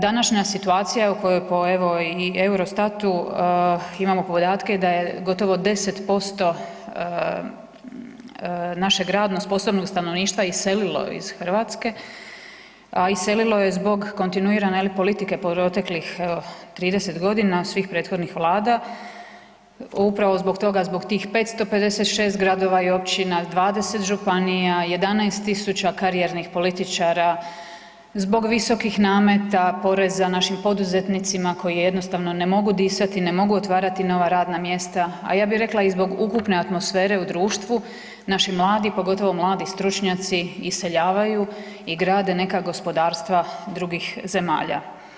Današnja situacija u kojoj po, evo, i Eurostatu imamo podatke da je gotovo 10% našeg radno sposobnog stanovništva iselilo iz Hrvatske, a iselilo je zbog kontinuirane politike proteklih 30 godina, od svih prethodnih vlada, upravo zbog toga, zbog tih 556 gradova i općina, 20 županija, 11 tisuća karijernih političara, zbog visokih nameta, poreza našim poduzetnicima koji jednostavno ne mogu disati, ne mogu otvarati nova radna mjesta, a ja bih rekla i zbog ukupne atmosfere u društvu, naši mladi, pogotovo mladi stručnjaci, iseljavaju i grade neka gospodarstvo drugih zemalja.